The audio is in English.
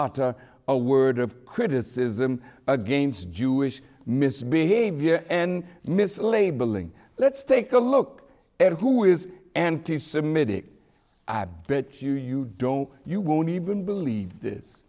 utter a word of criticism against jewish misbehavior and mislabeling let's take a look at who is anti semitic i bet you you don't you won't even believe this